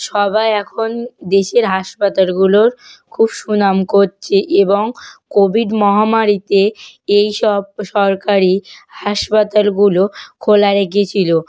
সবার এখন দেশের হাসপাতালগুলোর খুব সুনাম করছে এবং কোভিড মহামারীতে এইসব সরকারি হাসপাতালগুলো খোলা রেখেছিল